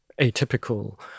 atypical